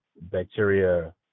bacteria